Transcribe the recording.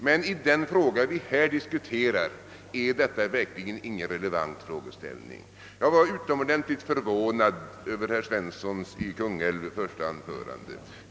Men i den fråga vi här diskuterar är detta verkligen ingen relevant frågeställning. Jag var utomordentligt förvånad över herr Svenssons i Kungälv första anförande.